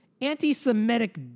anti-Semitic